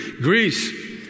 Greece